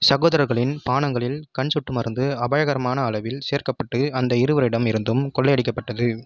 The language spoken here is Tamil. சகோதரர்களின் பானங்களில் கண் சொட்டு மருந்து அபாயகரமான அளவில் சேர்க்கப்பட்டு அந்த இருவரிடம் இருந்தும் கொள்ளையடிக்கப்பட்டது